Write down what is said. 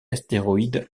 astéroïde